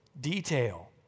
detail